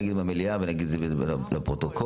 נגיד במליאה ונגיד לפרוטוקול.